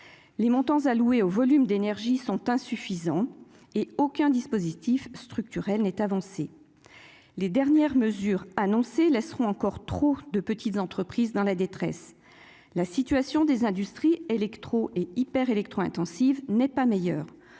les montants alloués au volume d'énergie sont insuffisants et aucun dispositif structurel n'est avancée, les dernières mesures annoncées laisseront encore trop de petites entreprises dans la détresse, la situation des industries électro-est hyper électro-intensives n'est pas meilleure